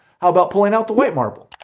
how about pulling out the white marble?